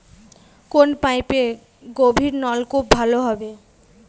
কোন পাইপে গভিরনলকুপ ভালো হবে?